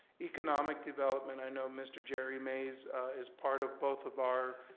economic development, i know mr. jerry mayes is part of both of our